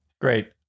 Great